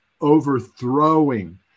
overthrowing